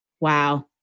Wow